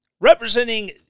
representing